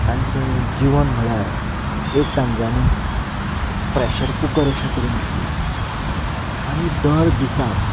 तांचें जीवन म्हणल्यार एक तांच्यांनी प्रेशर कूकर अशें करून घेतलां आनी दर दिसाक